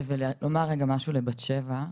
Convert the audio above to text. וחשוב לי גם לומר רגע משהו לבת שבע.